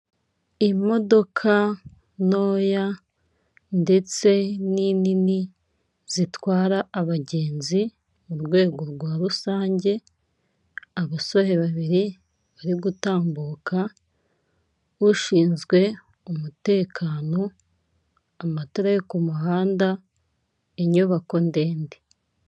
Imodoka ntoya ndetse n'inini zitwara abagenzi mu rwego rwa rusange. Abasore babiri bari gutambuka, ushinzwe umutekano, amatara yo ku muhanda, inyubako ndende.